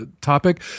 topic